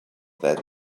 that